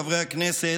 חברי הכנסת,